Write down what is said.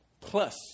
plus